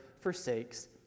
forsakes